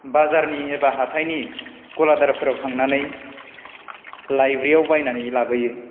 बाजारनि बा हाथायनि गलादारफोराव थांनानै लाइब्रियाव बायनानै लाबोयो